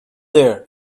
here